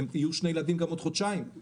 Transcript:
יהיו שני ילדים גם עוד חודשיים.